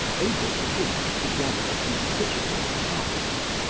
able to collect together a considerable party.